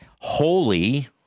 holy